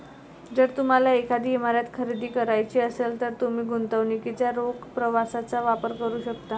जर तुम्हाला एखादी इमारत खरेदी करायची असेल, तर तुम्ही गुंतवणुकीच्या रोख प्रवाहाचा वापर करू शकता